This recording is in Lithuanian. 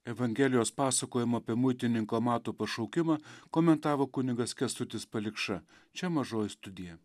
evangelijos pasakojimą apie muitininko mato pašaukimą komentavo kunigas kęstutis palikša čia mažoji studija